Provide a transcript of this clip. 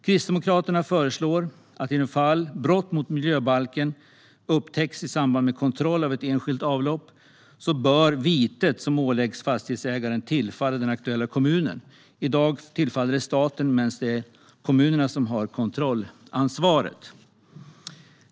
Kristdemokraterna föreslår att i de fall brott mot miljöbalken upptäcks i samband med kontroll av ett enskilt avlopp bör vitet som åläggs fastighetsägaren tillfalla den aktuella kommunen. I dag tillfaller det staten, medan det är kommunerna som har kontrollansvaret.